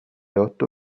otto